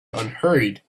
unhurried